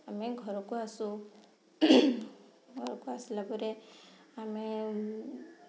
ଆମେ ଘରକୁ ଆସୁ ଘରକୁ ଆସିଲା ପରେ ଆମେ